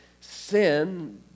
sin